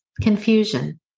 confusion